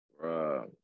Bro